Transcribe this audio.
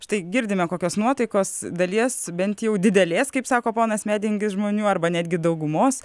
štai girdime kokios nuotaikos dalies bent jau didelės kaip sako ponas medingis žmonių arba netgi daugumos